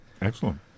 Excellent